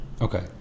Okay